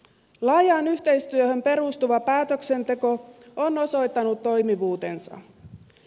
laajaan yhteistyöhön perustuva päätöksenteko on osoittanut toimivuutensa